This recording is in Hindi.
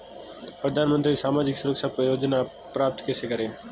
प्रधानमंत्री सामाजिक सुरक्षा योजना प्राप्त कैसे करें?